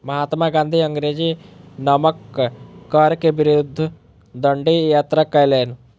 महात्मा गाँधी अंग्रेजी नमक कर के विरुद्ध डंडी यात्रा कयलैन